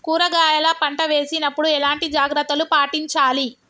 కూరగాయల పంట వేసినప్పుడు ఎలాంటి జాగ్రత్తలు పాటించాలి?